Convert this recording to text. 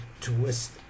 Twist